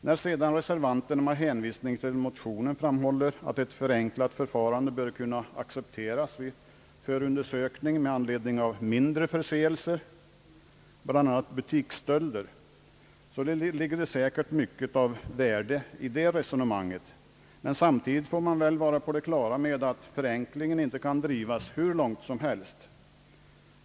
När sedan reservanterna med hänvisning till motionen framhåller att ett förenklat förfarande bör kunna accepteras vid förundersökning i anledning av mindre förseelser, bl.a. butiksstölder, så ligger det säkert mycket av värde i ett sådant resonemang. Men samtidigt får man väl ha klart för sig att förenklingen inte kan drivas hur långt som helst.